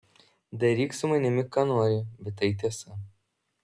daryk su manimi ką nori bet tai tiesa